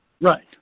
Right